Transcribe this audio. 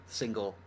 single